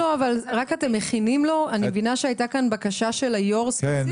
אני מבינה שהייתה כאן בקשה של היו"ר, ספציפית.